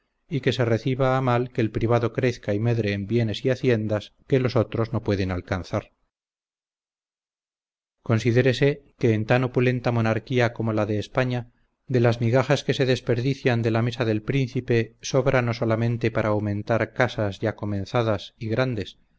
y que se reciba a mal que el privado crezca y medre en bienes y haciendas que los otros no pueden alcanzar considérese que en tan opulenta monarquía como la de españa de las migajas que se desperdician de la mesa del príncipe sobra no solamente para aumentar casas ya comenzadas y grandes